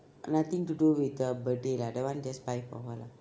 nothing to do with uh birthday lah that one just buy for her lah